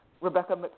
Rebecca